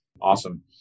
Awesome